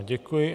Děkuji.